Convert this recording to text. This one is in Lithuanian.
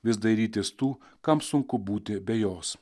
vis dairytis tų kam sunku būti be jos